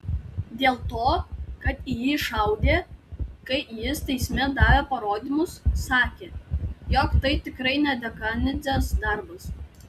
dėl to kad į jį šaudė kai jis teisme davė parodymus sakė jog tai tikrai ne dekanidzės darbas